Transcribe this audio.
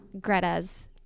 Greta's